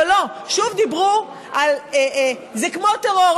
אבל לא, שוב דיברו: זה כמו טרור.